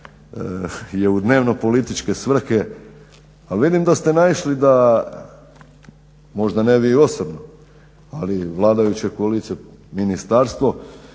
je u dnevno političke svrhe. Ali vidim da ste naišli možda ne vi osobno, ali vladajuća koalicija, ministarstvo